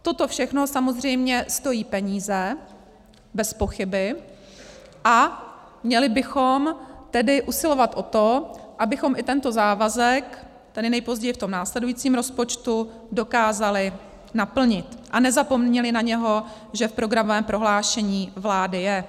Toto všechno samozřejmě stojí peníze, bezpochyby, a měli bychom tedy usilovat o to, abychom i tento závazek, tedy nejpozději v tom následujícím rozpočtu, dokázali naplnit a nezapomněli, že v programovém prohlášení vlády je.